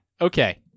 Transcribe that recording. Okay